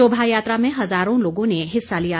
शोभायात्रा में हजारों लोगों ने हिस्सा लिया